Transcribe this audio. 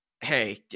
hey